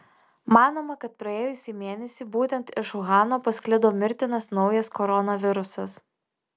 manoma kad praėjusį mėnesį būtent iš uhano pasklido mirtinas naujas koronavirusas